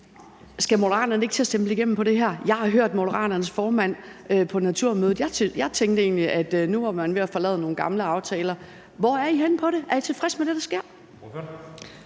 Skal Moderaterne ikke til at stemple igennem på det her? Jeg har hørt Moderaternes formand på Naturmødet, og jeg tænkte egentlig, at nu var man ved at forlade nogle gamle aftaler. Hvor er I henne på det her område? Er I tilfredse med det, der sker?